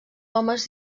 homes